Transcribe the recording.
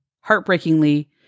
Heartbreakingly